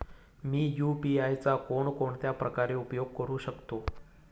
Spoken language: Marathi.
मी यु.पी.आय चा कोणकोणत्या प्रकारे उपयोग करू शकतो?